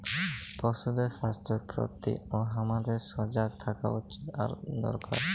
পশুদের স্বাস্থ্যের প্রতিও হামাদের সজাগ থাকা উচিত আর দরকার